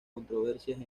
controversias